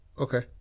okay